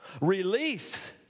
Release